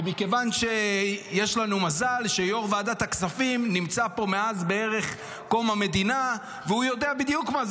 ומכיוון שיש לנו מזל שיו"ר ועדת הכספים נמצא פה בערך מאז קום המדינה,